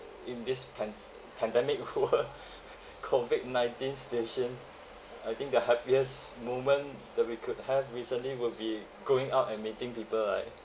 in this pan~ pandemic world COVID-nineteen situation I think the happiest moment that we could have recently would be going out and meeting people right